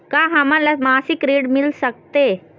का हमन ला मासिक ऋण मिल सकथे?